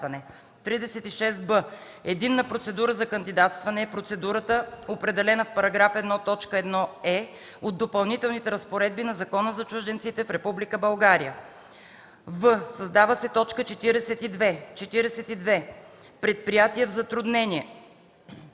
36б. „Единна процедура за кандидатстване” е процедурата, определена в § 1, т. 1е от допълнителните разпоредби на Закона за чужденците в Република България.”; в) създава се т. 42: „42. „Предприятие в затруднение”